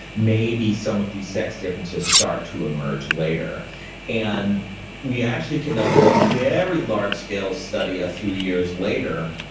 maybe some of these sex differences start to emerge later and we actually conducted a very large scale study a few years later.